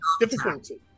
difficulty